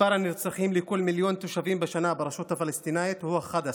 מספר הנרצחים לכל מיליון תושבים בשנה ברשות הפלסטינית הוא 11,